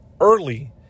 early